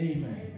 Amen